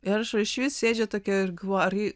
ir aš išvis sėdžiu tokia ir galvoju